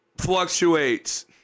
fluctuates